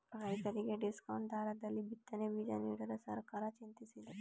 ರೈತರಿಗೆ ಡಿಸ್ಕೌಂಟ್ ದರದಲ್ಲಿ ಬಿತ್ತನೆ ಬೀಜ ನೀಡಲು ಸರ್ಕಾರ ಚಿಂತಿಸಿದೆ